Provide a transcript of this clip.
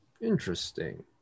Interesting